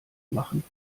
machen